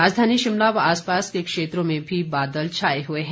राजधानी शिमला व आसपास के क्षेत्रों में भी बादल छाए हुए हैं